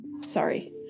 Sorry